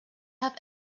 have